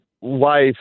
wife